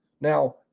Now